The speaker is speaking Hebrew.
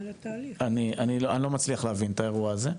אני לא מצליח להבין את האירוע הזה.